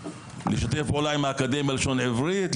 לשתף פעולה עם האקדמיה ללשון עברית,